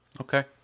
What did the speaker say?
Okay